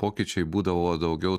pokyčiai būdavo daugiau